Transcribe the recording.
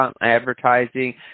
advertising